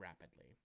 rapidly